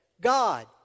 God